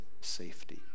safety